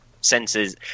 senses